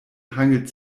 hangelt